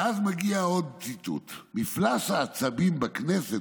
ואז מגיע עוד ציטוט: "מפלס העצבים בכנסת",